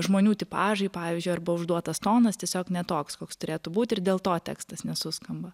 žmonių tipažai pavyzdžiui arba užduotas tonas tiesiog ne toks koks turėtų būt ir dėl to tekstas nesuskamba